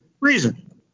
reason